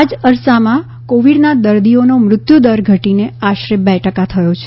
આ જ અરસામાં કોવિડના દર્દીઓનો મૃત્યુદર ઘટીને આશરે બે ટકા થયો છે